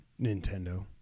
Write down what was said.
nintendo